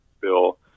bill